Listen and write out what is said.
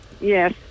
Yes